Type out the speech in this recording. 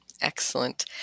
Excellent